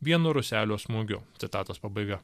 vienu ruselio smūgiu citatos pabaiga